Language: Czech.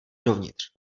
dovnitř